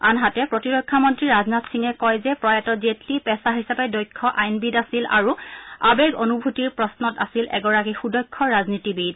আনহাতে প্ৰতিৰক্ষা মন্ত্ৰী ৰাজনাথ সিঙে কয় যে প্ৰয়াত জেটলী পেছা হিচাপে দক্ষ আইনবিদ আছিল আৰু আৱেগ অনুভূতিৰ প্ৰশ্নত আছিল এগৰাকী সুদক্ষ ৰাজনীতিবিদ